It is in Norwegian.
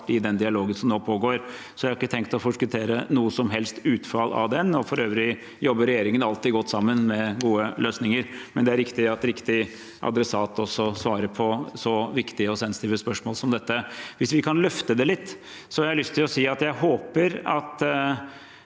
i den dialogen som nå pågår. Jeg har ikke tenkt å forskuttere noe som helst utfall av det. For øvrig jobber regjeringen alltid godt sammen om gode løsninger, men det er viktig å ha riktig adressat til å svare på så viktige og sensitive spørsmål som dette. Hvis vi kan løfte blikket litt, har jeg lyst å si at jeg håper at